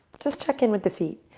just check in with the feet,